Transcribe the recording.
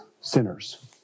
sinners